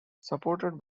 supported